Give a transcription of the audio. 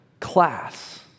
Class